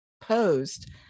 posed